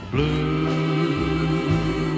Blue